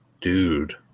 Dude